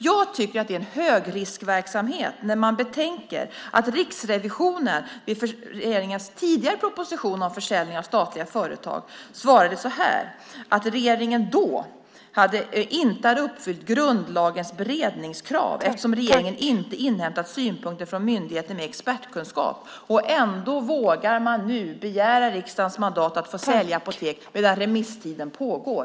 Jag tycker att det är en högriskverksamhet när man betänker att Riksrevisionen i samband med regeringens tidigare proposition om försäljning av statliga företag svarade att regeringen då inte hade uppfyllt grundlagens beredningskrav eftersom den inte inhämtat synpunkter från myndigheter med expertkunskap. Ändå vågar man nu begära riksdagens mandat att få sälja Apoteket samtidigt som remisstiden pågår.